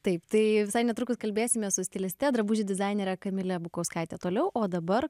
taip tai visai netrukus kalbėsime su stiliste drabužių dizainere kamilė bukauskaitė toliau o dabar